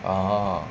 orh